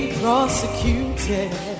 prosecuted